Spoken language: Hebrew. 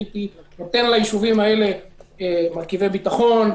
הייתי נותן לישובים האלה מרכיבי ביטחון,